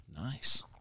Nice